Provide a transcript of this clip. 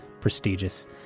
Prestigious